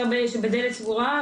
יושבים בדלת סגורה,